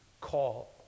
call